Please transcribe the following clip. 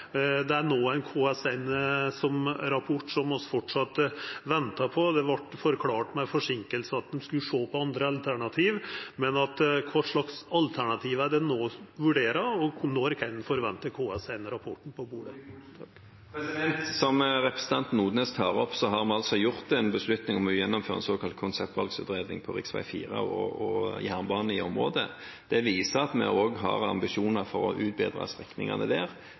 det er ein KS1-rapport som vi framleis ventar på, og forseinkingar vart forklart med at ein skulle sjå på andre alternativ. Men kva alternativ vurderer ein no? Og når kan ein forventa KS1-rapporten? Som representanten Odnes tar opp, har vi altså gjort en beslutning om å gjennomføre en såkalt konseptvalgutredning på rv. 4 og jernbanen i området. Det viser at vi også har ambisjoner for å utbedre strekningene der.